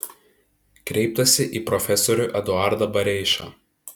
kreiptasi į profesorių eduardą bareišą